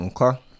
okay